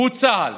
והוא צה"ל,